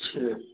अच्छा